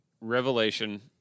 Revelation